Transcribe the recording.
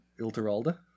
Ilteralda